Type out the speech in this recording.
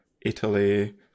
Italy